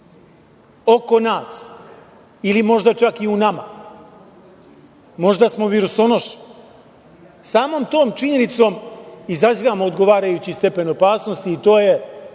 oko nas ili možda čak i u nama, možda smo virusonoše. Samom tom činjenicom izazivamo odgovarajući stepen opasnosti i to je,